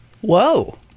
Whoa